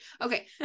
Okay